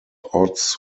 odds